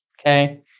Okay